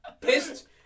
pissed